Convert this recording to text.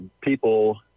people